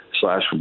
Slash